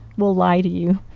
we'll lie to you.